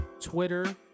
Twitter